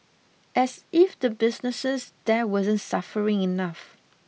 as if the businesses there wasn't suffering enough